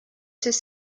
ses